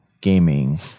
gaming